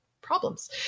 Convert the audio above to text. problems